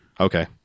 Okay